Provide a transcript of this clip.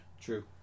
True